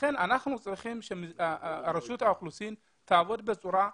לכן אנחנו צריכים שרשות האוכלוסין תעבוד בצורה מקיפה,